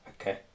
Okay